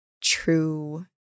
true